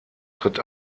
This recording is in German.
tritt